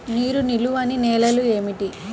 నీరు నిలువని నేలలు ఏమిటి?